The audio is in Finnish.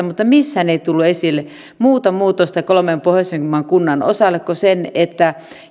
mutta missään ei tullut esille muuta muutosta kolmen pohjoisimman kunnan osalle kuin se että